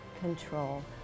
control